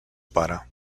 pare